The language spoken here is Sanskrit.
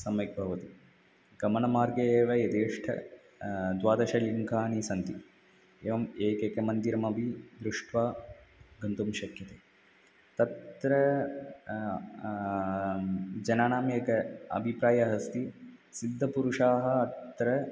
सम्यक् भवति गमनमार्गे एव यथेष्टं द्वादशलिङ्गानि सन्ति एवम् एकेकं मन्दिरमपि दृष्ट्वा गन्तुं शक्यते तत्र जनानाम् एकः अभिप्रायः अस्ति सिद्धपुरुषाः अत्र